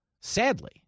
sadly